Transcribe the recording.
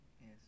Yes